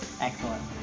Excellent